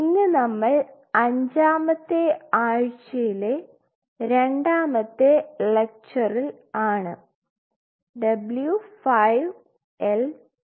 ഇന്ന് നമ്മൾ അഞ്ചാമത്തെ ആഴ്ചയിലെ രണ്ടാമത്തെ ലെക്ചറിൽ ആണ് W 5 L 2